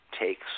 takes